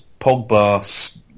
Pogba